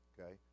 okay